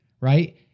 right